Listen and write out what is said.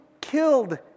killed